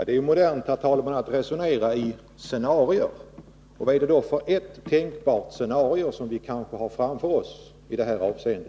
Herr talman! Dét är modernt att resonera i scenarier. Vad är det då för — av befintligt vägtänkbar verklighet som vi har framför oss i detta avseende?